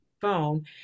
phone